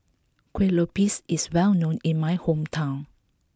Kueh Lopes is well known in my hometown